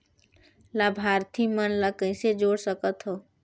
लाभार्थी मन ल कइसे जोड़ सकथव?